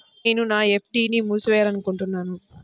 నేను నా ఎఫ్.డీ ని మూసివేయాలనుకుంటున్నాను